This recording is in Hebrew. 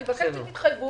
אני מבקשת שתכנסו